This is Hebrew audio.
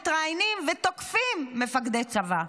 מתראיינים ותוקפים מפקדי צבא.